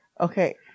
okay